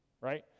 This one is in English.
right